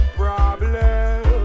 problem